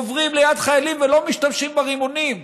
עוברים ליד חיילים ולא משתמשים ברימונים,